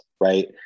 right